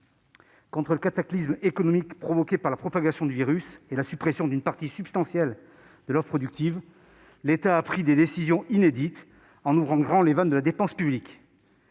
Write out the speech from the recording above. Contre le cataclysme économique provoqué par la propagation du virus et la suppression d'une partie substantielle de l'offre productive, l'État a pris des décisions inédites, en ouvrant grand les vannes de la dépense publique.